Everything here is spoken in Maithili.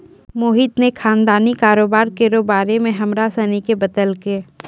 मोहित ने खानदानी कारोबार केरो बारे मे हमरा सनी के बतैलकै